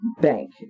bank